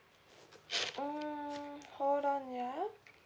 mm hold on ya